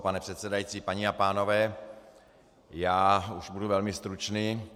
Pane předsedající, paní a pánové, já už budu velmi stručný.